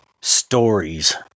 stories